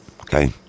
Okay